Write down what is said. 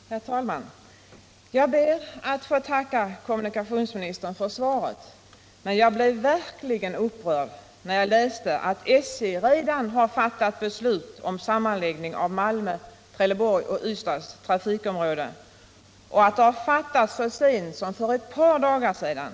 Herr talman! Jag ber att få tacka kommunikationsministern för svaret, men jag blev verkligt upprörd när jag läste att SJ redan har fattat beslut om sammanläggning av Malmö, Trelleborgs och Ystads trafikområden, och att detta beslut har fattats så sent som för ett par dagar sedan.